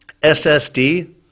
SSD